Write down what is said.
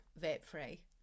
vape-free